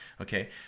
Okay